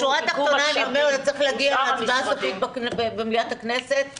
בשורה התחתונה אני אומרת שצריך להגיע להצבעה סופית במליאת הכנסת ולעבור,